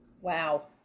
Wow